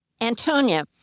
Antonia